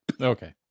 okay